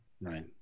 right